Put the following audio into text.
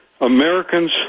Americans